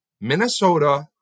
Minnesota